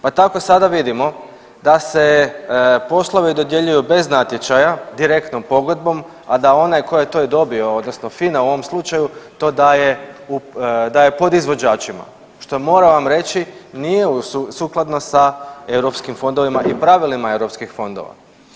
Pa tako sada vidimo da se poslovi dodjeljuju bez natječaja direktnom pogodbom, a da onaj tko je to i dobio odnosno FINA u tom slučaju to daje podizvođačima što moram vam reći nije sukladno sa europskim fondovima i pravilima europskih fondova.